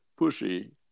pushy